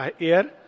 air